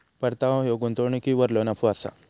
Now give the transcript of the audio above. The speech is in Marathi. परतावो ह्यो गुंतवणुकीवरलो नफो असा